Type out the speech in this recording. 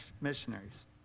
Missionaries